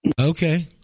Okay